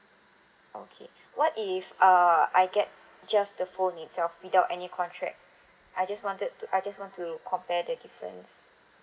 okay what if uh I get just the phone itself without any contract I just wanted to I just want to compare the difference